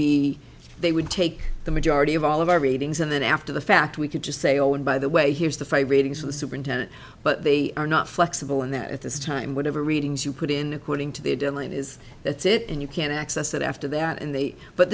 be they would take the majority of all of our readings and then after the fact we could just say oh and by the way here's the five ratings for the superintendent but they are not flexible in that at this time whatever readings you put in according to the deadline is that's it and you can't access it after that and they but